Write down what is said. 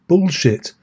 Bullshit